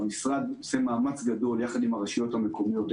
המשרד עושה מאמץ גדול, ביחד עם הרשויות המקומיות.